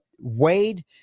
Wade